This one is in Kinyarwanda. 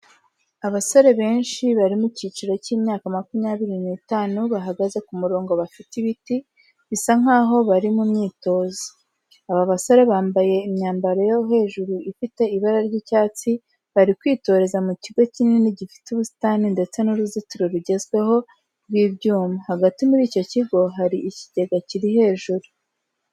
Abasore benshi bari mu cyiciro cy'imyaka makumyabiri n'itanu, bahagaze ku murongo bafite ibiti, bisa nkaho bari mu myitozo. Aba basore bambaye imyambaro yo hejuru ifite ibara ry'icyatsi. Bari kwitoreza mu kigo kinini gifite ubusitani ndetse n'uruzitiro rugezweho rw'ibyuma, hagati muri icyo kigo hari ikigega kiri hejuru.